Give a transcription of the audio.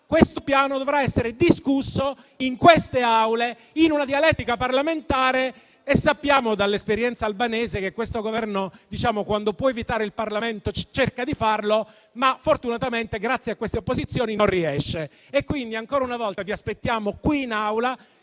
ma dovrà essere discusso in queste Aule, in una dialettica parlamentare. Sappiamo dall'esperienza albanese che questo Governo, quando può evitare il Parlamento, cerca di farlo; ma fortunatamente, grazie a queste opposizioni, non ci riesce. Ancora una volta vi aspettiamo qui in Aula,